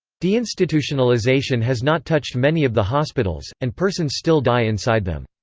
deinstitutionalization has not touched many of the hospitals, and persons still die inside them.